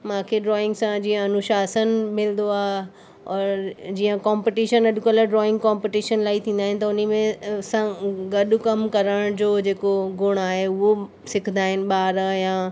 मूंखे ड्रॉइंग सां जीअं अनुशासन मिलंदो आहे और जीअं कॉम्पिटिशन अॼुकल्ह ड्रॉइंग कॉम्पिटिशन इलाही थींदा आहिनि त उन में असां गॾु कमु करण जो जेको गुणु आहे उहो सिखंदा आहिनि ॿार या